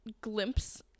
glimpse